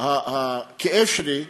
הכאב שלי,